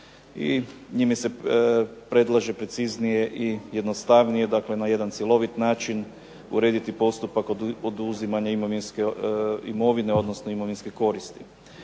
njime se predlaže preciznije i jednostavnije, na jedan cjelovit način odrediti postupak oduzimanja imovine odnosno imovinske koristi.